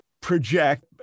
project